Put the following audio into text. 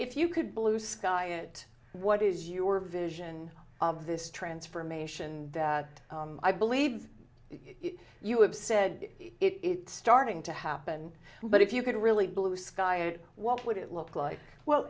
if you could blue sky it what is your vision of this transformation that i believe you have said it's starting to happen but if you could really blue sky what would it look like well